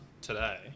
today